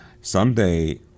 someday